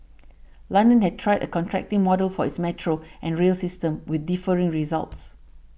London has tried a contracting model for its metro and rail system with differing results